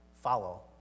follow